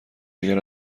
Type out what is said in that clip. اگر